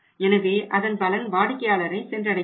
எனவே அதன் பலன் வாடிக்கையாளரை சென்றடைகிறது